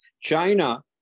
China